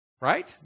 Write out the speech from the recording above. Right